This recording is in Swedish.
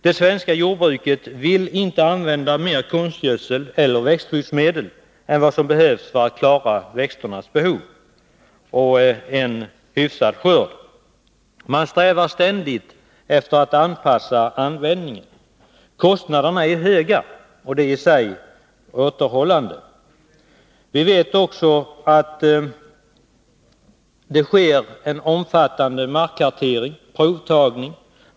Det svenska jordbruket vill inte använda mer konstgödsel eller växtskyddsmedel än vad som behövs för att klara växternas behov och en hyfsad skörd. Man strävar ständigt efter att anpassa användningen. Kostnaderna är höga, och det är i sig återhållande. Vi vet också att det sker en omfattande markkartering, provtagning.